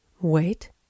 Wait